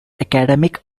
academic